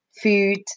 food